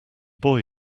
boy